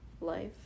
life